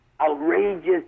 outrageous